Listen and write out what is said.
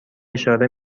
اشاره